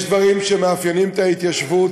יש דברים שמאפיינים את ההתיישבות,